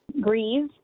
grieve